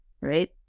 Right